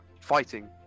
fighting